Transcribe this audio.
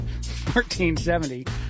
1470